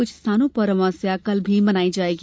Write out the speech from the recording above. कुछ स्थानों पर अमावस्या कल भी मनाई जायेगी